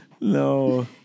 no